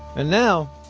and now,